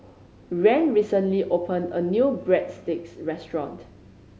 Rand recently opened a new Breadsticks restaurant